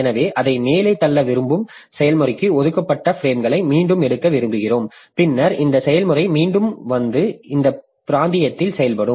எனவே அதை மேலே தள்ள விரும்பும் செயல்முறைக்கு ஒதுக்கப்பட்ட பிரேம்களை மீண்டும் எடுக்க விரும்புகிறோம் பின்னர் இந்த செயல்முறை மீண்டும் வந்து இந்த பிராந்தியத்தில் செயல்படும்